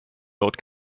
laut